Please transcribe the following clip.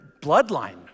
bloodline